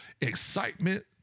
excitement